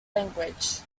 language